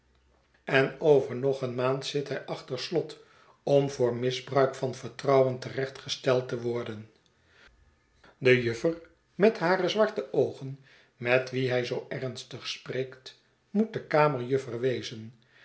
en over nog eene maand zit hij achter slot om voor misbruik van vertrouwen te recht gesteld te worden de juffer met hare zwarte oogen met wie hij zoo ernstig spreekt moet de kamerjuffer wezen